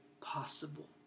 possible